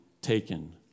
taken